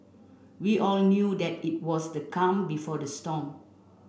we all knew that it was the calm before the storm